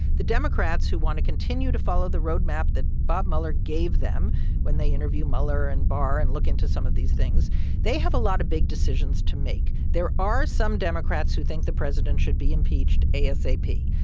the democrats who want to continue to follow the roadmap that bob mueller gave them when they interview mueller and barr and look into some of these things they have a lot of big decisions to make. there are some democrats who think the president should be impeached asap.